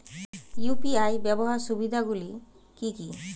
UPI ব্যাবহার সুবিধাগুলি কি কি?